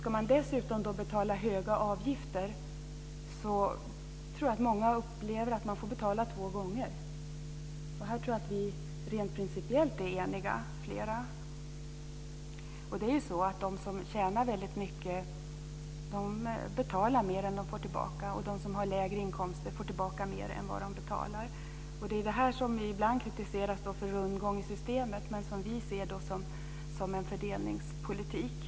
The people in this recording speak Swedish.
Ska de dessutom betala höga avgifter tror jag att många upplever att de får betala två gånger. Här tror jag att flera av oss rent principiellt är eniga. De som tjänar väldigt mycket betalar mer än de får tillbaka, och de som har lägre inkomster får tillbaka mer än vad de betalar. Det här kritiseras ibland som rundgång i systemet. Vi ser det som en fördelningspolitik.